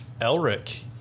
Elric